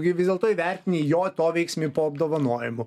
gi vis dėlto įvertini jo atoveiksmį po apdovanojimų